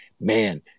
man